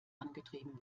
angetrieben